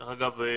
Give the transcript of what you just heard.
דרך אגב,